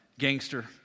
gangster